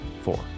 four